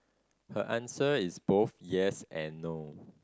her answer is both yes and no